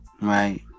Right